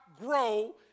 grow